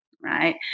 right